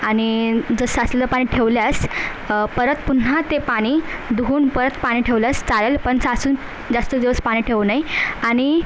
आणि जर साचलेलं पाणी ठेवल्यास परत पुन्हा ते पाणी धुवून परत पाणी ठेवल्यास चालंल पण साचून जास्त दिवस पाण्यात ठेवू नये आणि